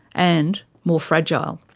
and more fragile.